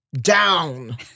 down